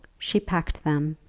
she packed them,